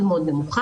מאוד מאוד נמוכה.